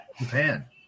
Japan